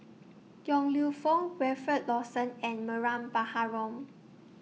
Yong Lew Foong Wilfed Lawson and Mariam Baharom